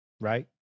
right